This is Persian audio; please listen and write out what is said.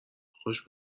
خوش